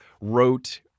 wrote